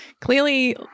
clearly